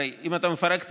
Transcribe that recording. הרי אם אתה מפרק תאגיד,